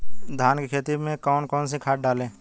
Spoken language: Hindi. धान की खेती में कौन कौन सी खाद डालें?